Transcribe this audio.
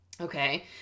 Okay